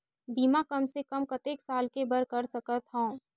बीमा कम से कम कतेक साल के बर कर सकत हव?